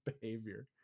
behavior